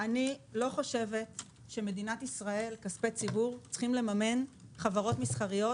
אני לא חושבת שבמדינת ישראל כספי ציבור צריכים לממן חברות מסחריות,